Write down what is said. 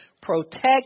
protect